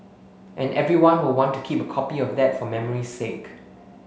and everyone will want to keep a copy of that for memory's sake